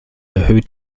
erhöht